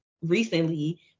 recently